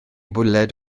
bwled